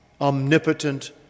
omnipotent